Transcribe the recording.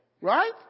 Right